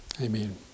Amen